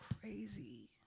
crazy